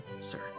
sir